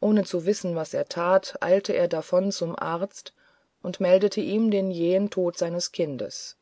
ohne zu wissen was er tat eilte er davon zum arzt und meldete ihm den jähen tod seines kindes